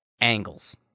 Angles